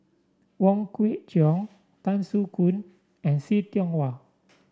Wong Kwei Cheong Tan Soo Khoon and See Tiong Wah